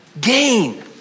Gain